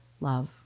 love